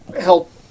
help